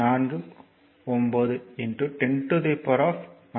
849 10 16 coulomb ஆக இருக்கும்